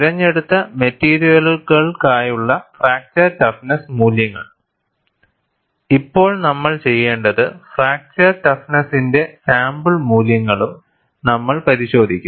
തിരഞ്ഞെടുത്ത മെറ്റീരിയലുകൾക്കായുള്ള fracture toughness മൂല്യങ്ങൾ ഇപ്പോൾ നമ്മൾ ചെയ്യേണ്ടത് ഫ്രാക്ചർ ടഫ്നെസ്സിന്റെ സാമ്പിൾ മൂല്യങ്ങളും നമ്മൾ പരിശോധിക്കും